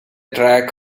track